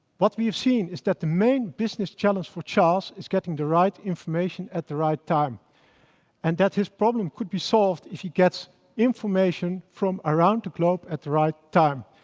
what we've seen is that the main business challenge for charles is getting the right information at the right time and that his problem could be solved if he gets information from around the globe at the right time.